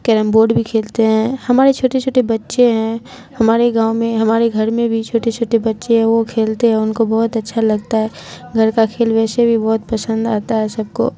carrom board بھی کھیلتے ہیں ہمارے چھوٹے چھوٹے بچے ہیں ہمارے گاؤں میں ہمارے گھر میں بھی چھوٹے چھوٹے بچے ہیں وہ کھیلتے ہیں ان کو بہت اچھا لگتا ہے گھر کا کھیل ویسے بھی بہت پسند آتا ہے سب کو